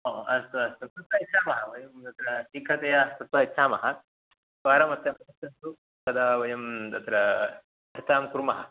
ओ अस्तु अस्तु कृत्वा यच्छामः वयं तत्र शीघ्रतया कृत्वा यच्छामः द्वारम् अस्य पश्यन्तु तदा वयं तत्र चर्चां कुर्मः